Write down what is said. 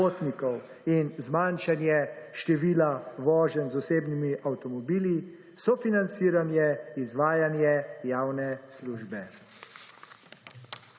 in zmanjšanje števila voženj z osebnimi avtomobili, sofinanciranje, izvajanje javne službe.